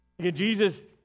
jesus